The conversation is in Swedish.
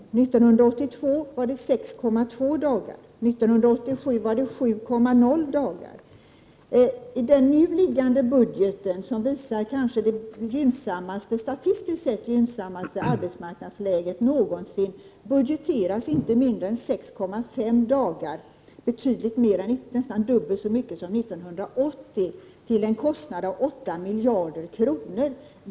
1982 var de 6,2 dagar och 1987 var de 7,0. I den nu föreliggande budgeten, som statistiskt sett visar det kanske gynnsammaste arbetsmarknadsläget någonsin, budgeteras inte mindre än 6,5 dagar — nästan dubbelt så mycket som 1980 — till en kostnad av 8 miljarder kronor.